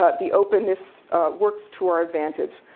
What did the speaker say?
ah the openness works to our advantage.